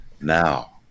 now